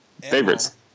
favorites